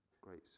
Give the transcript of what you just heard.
great